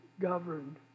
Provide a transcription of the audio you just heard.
governed